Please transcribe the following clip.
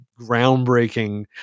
groundbreaking